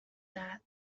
that